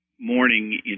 morning